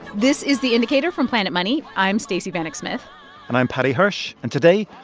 this is the indicator from planet money. i'm stacey vanek smith and i'm paddy hirsch. and today,